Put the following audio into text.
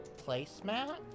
placemat